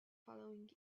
following